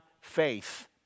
faith